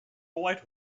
white